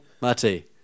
Marty